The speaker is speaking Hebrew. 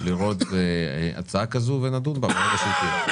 לראות הצעה כזאת ונדון בה כאשר היא תהיה.